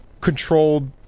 controlled